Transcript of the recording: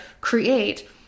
create